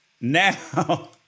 Now